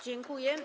Dziękuję.